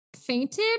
fainted